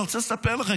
אני רוצה לספר לכם,